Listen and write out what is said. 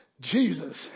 Jesus